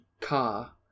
car